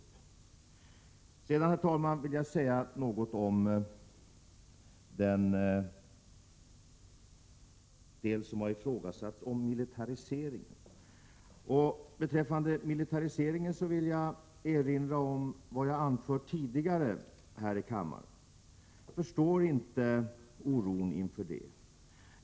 Sedan, herr talman, vill jag säga något om det som ifrågasatts beträffande en militarisering. Jag vill då erinra om vad jag anfört tidigare här i kammaren. Jag förstår inte denna oro.